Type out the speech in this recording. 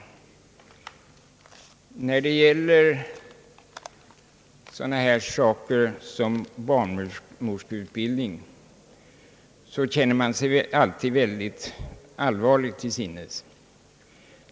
När det gäller sådana saker som barnmorskeutbildning känner jag mig alltid mycket allvarlig till sinnes.